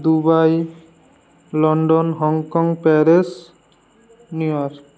Dubai London Hong Kong Paris New York